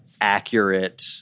accurate